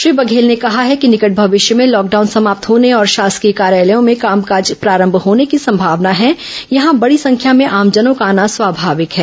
श्री बघेल ने कहा है कि निकट भविष्य में लॉकडाउन समाप्त होने और शासकीय कार्यालयों में काजकाज प्रारंभ होने की संभावना है यहां बड़ी संख्या में आमजनों का आना स्वभाविक है